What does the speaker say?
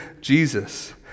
Jesus